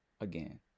again